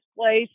place